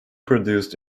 produced